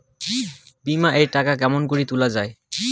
বিমা এর টাকা কেমন করি তুলা য়ায়?